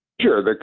Sure